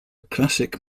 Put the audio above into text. classic